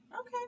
Okay